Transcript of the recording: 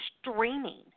streaming